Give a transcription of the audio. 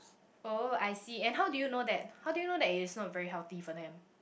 oh I see and how do you know that how do you know that it's not very healthy for them